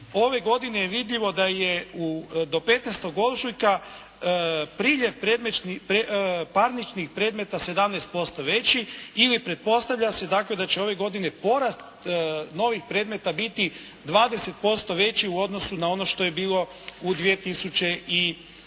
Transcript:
ove godine je vidljivo da je do 15. ožujka priljev parničnih predmeta 17% veći ili pretpostavlja se dakle da će ove godine porast novih predmeta biti 20% veći u odnosu na ono što je bilo u 2007.